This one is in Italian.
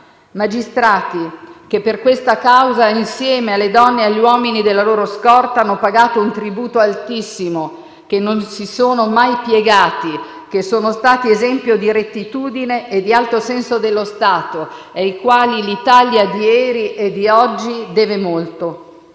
magistrati che per questa causa, insieme alle donne e agli uomini della loro scorta, hanno pagato un tributo altissimo, che non si sono mai piegati, che sono stati esempio di rettitudine e di alto senso dello Stato, ai quali l'Italia di ieri e di oggi deve molto.